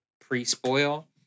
pre-spoil